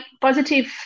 positive